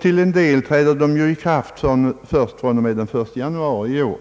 Till en del har de trätt i kraft först den 1 januari i år.